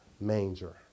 manger